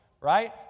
right